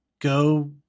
go